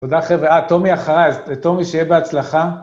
תודה חבר'ה, תומי אחראי, תומי שיהיה בהצלחה.